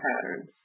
patterns